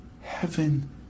heaven